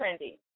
Trendy